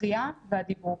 הקריאה והדיבור.